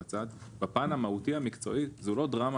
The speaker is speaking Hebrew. בפן המהותי-המקצועי זו לא דרמה,